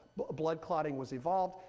but blood clotting was evolved.